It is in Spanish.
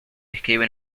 escribe